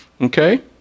Okay